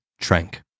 Trank